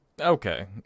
Okay